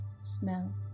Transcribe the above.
smell